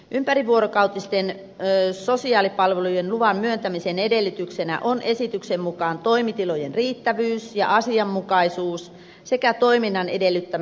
ympärivuorokautisten sosiaalipalvelujen luvan myöntämisen edellytyksenä on esityksen mukaan toimitilojen riittävyys ja asianmukaisuus sekä toiminnan edellyttämä henkilöstö